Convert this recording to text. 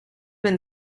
been